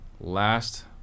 last